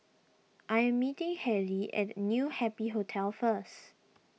I am meeting Haley at New Happy Hotel first